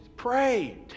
pray